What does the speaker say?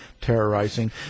terrorizing